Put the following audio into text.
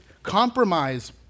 Compromise